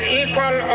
equal